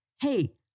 hey